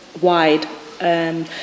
wide